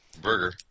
Burger